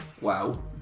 wow